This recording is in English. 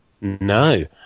No